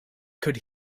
could